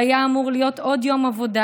מה שהיה אמור להיות עוד יום עבודה,